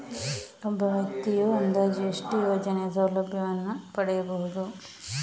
ಒಬ್ಬ ವ್ಯಕ್ತಿಯು ಅಂದಾಜು ಎಷ್ಟು ಯೋಜನೆಯ ಸೌಲಭ್ಯವನ್ನು ಪಡೆಯಬಹುದು?